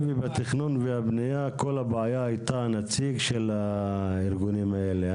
ובתכנון והבניה כל הבעיה הייתה נציג של הארגונים האלה.